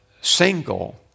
single